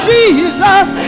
Jesus